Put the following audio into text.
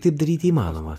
taip daryti įmanoma